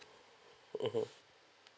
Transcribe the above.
mmhmm